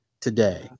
today